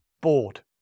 bored